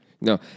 No